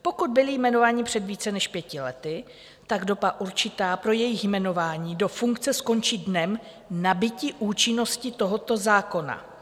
Pokud byli jmenováni před více než pěti lety, doba určitá pro jejich jmenování do funkce skončí dnem nabytí účinnosti tohoto zákona.